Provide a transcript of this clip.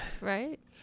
right